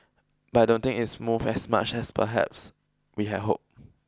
but I don't think it's moved as much as perhaps we had hoped